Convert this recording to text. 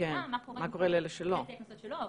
השאלה מה קורה לגבי הקנסות שלא הועברו.